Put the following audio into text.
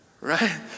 Right